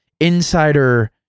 insider